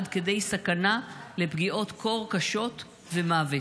עד כדי סכנה לפגיעות קור קשות ומוות,